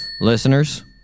Listeners